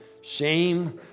shame